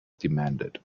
demanded